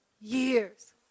years